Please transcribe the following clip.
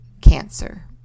cancer